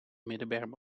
middenberm